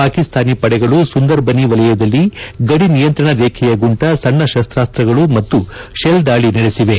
ಪಾಕಿಸ್ತಾನಿ ಪಡೆಗಳು ಸುಂದರ್ ಬನ್ ವಲಯದಲ್ಲಿ ಗಡಿ ನಿಯಂತ್ರಣ ರೇಖೆಯ ಗುಂಟ ಸಣ್ಣ ಶಸ್ತ್ರಾಸ್ತ್ರಗಳು ಮತ್ತು ಶೆಲ್ದಾಳಿ ನಡೆಸಿವೆ